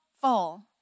full